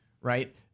Right